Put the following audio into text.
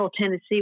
Tennessee